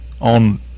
on